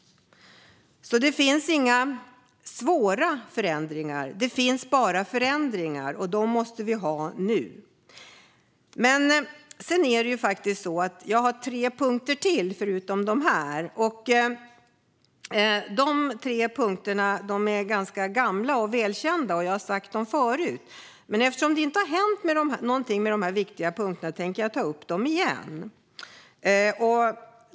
Det finns inga svåra förändringar. Det finns bara förändringar, och dem måste vi ha nu. Jag har tre punkter till som jag vill ta upp. De tre punkterna är ganska gamla och välkända, och jag har tagit upp dem förut. Men eftersom det inte har hänt någonting med de här viktiga punkterna tänker jag ta upp dem igen.